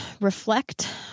reflect